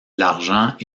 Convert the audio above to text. l’argent